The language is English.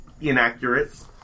Inaccurate